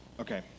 Okay